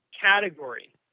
category